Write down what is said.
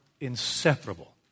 inseparable